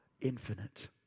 infinite